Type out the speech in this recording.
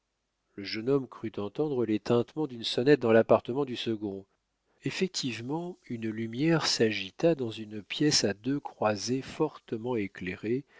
le jeune homme crut entendre les tintements d'une sonnette dans l'appartement du second effectivement une lumière s'agita dans une pièce à deux croisées fortement éclairées